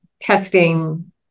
testing